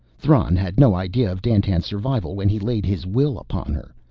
thran had no idea of dandtan's survival when he laid his will upon her.